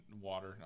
water